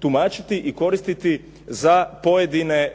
tumačiti i koristiti za pojedine